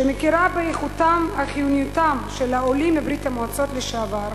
שמכירה באיכותם וחיוניותם של העולים מברית-המועצות לשעבר,